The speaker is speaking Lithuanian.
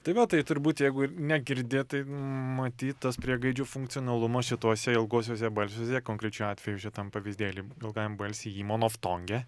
tai va tai turbūt jeigu ir negirdi tai matyt tas priegaidžių funkcionalumas šituose ilguosiuose balsiuose konkrečiu atveju šitam pavyzdėly ilgajam balsy y monoftonge